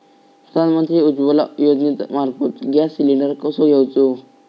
प्रधानमंत्री उज्वला योजनेमार्फत gas cylinder कसो घेऊचो?